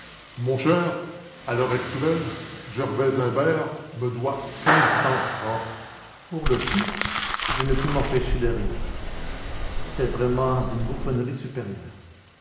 mon cher à l'heure actuelle gervaise imbert me doit quinze cents francs pour le coup je ne pus m'empêcher de rire c'était vraiment d'une bouffonnerie supérieure